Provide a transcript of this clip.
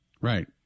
Right